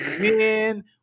Men